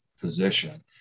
position